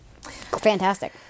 Fantastic